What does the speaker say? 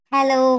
Hello